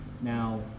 Now